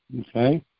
okay